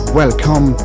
welcome